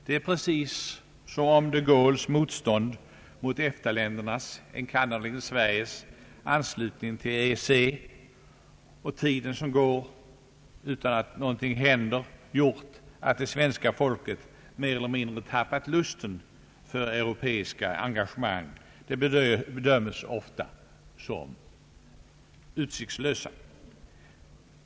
Det är precis som om de Gaulles motstånd mot EFTA-ländernas, enkannerligen Sveriges, anslutning till EEC och tiden som går utan att någonting händer har gjort att det svenska folket mer eller mindre har tappat lusten för europeiska engagemang. De bedöms ofta såsom utsiktslösa.